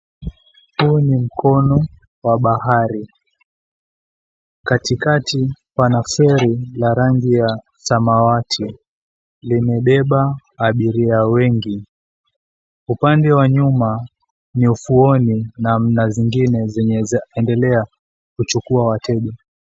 Huu mkono wa bahari. Katikati pana feri la rangi ya samawati limebeba abiria wengi. Upande wa nyuma ni ufuoni na mna zingine zenye zaendelea kuchukua wateja.